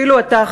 אפילו אתה,